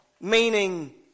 Meaning